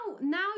now